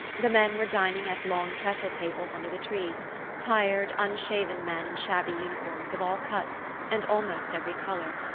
the men were dining at long trestle-tables under the trees tired, unshaven men in shabby uniforms of all cuts and almost every colour.